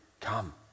come